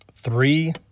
Three